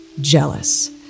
jealous